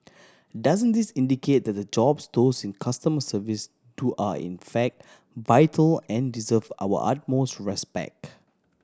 doesn't this indicate that the jobs those in customer service do are in fact vital and deserve our utmost respect